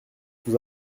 sous